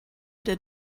did